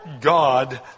God